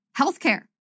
Healthcare